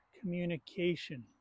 communication